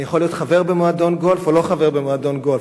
אני יכול להיות חבר במועדון גולף או לא להיות חבר במועדון גולף,